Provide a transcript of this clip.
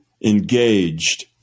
engaged